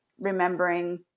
remembering